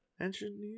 Engineer